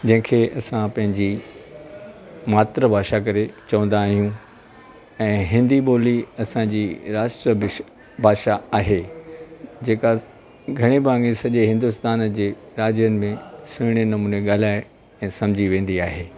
जंहिंखें असां पंहिंजी मात्र भाषा करे चवंदा आहियूं ऐं हिंदी ॿोली असांजी राष्ट्र भाषा आहे जेका घणी भांगे सॼे हिंदुस्तान जे राज्य में सुहिणे नमूने ॻाल्हाए ऐं सम्झी वेंदी आहे